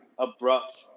abrupt